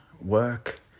Work